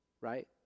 right